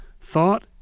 thought